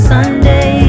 Sunday